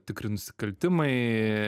tikri nusikaltimai